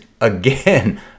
again